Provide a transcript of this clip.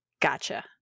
Gotcha